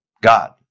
God